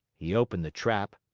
he opened the trap,